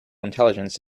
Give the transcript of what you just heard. intelligence